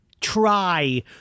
try